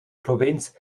provinz